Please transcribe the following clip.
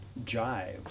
jive